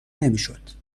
نمیشد